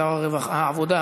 שר העבודה,